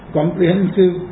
comprehensive